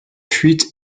fuite